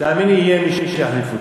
תאמין לי שיהיה מי שיחליף אותי.